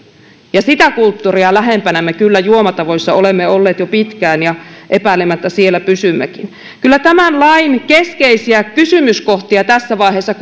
ja sitä kulttuuria lähempänä me kyllä juomatavoissa olemme olleet jo pitkään ja epäilemättä siellä pysymmekin kyllä tämän lain keskeisiä kysymyskohtia tässä vaiheessa